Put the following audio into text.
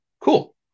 cool